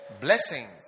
blessings